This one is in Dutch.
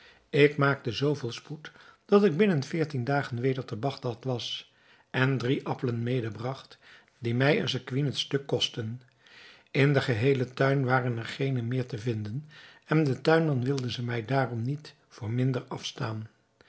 ik maakte zoo veel spoed dat ik binnen veertien dagen weder te bagdad was en drie appelen medebragt die mij eene sequin het stuk kosten in den geheelen tuin waren er geene meer te vinden en de tuinman wilde ze mij daarom voor niet minder afstaan